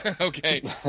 Okay